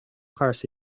course